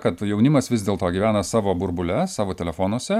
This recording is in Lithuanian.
kad jaunimas vis dėlto gyvena savo burbule savo telefonuose